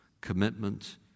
commitment